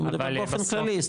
באופן כללי,